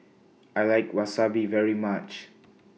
I like Wasabi very much